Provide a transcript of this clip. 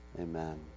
Amen